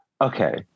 Okay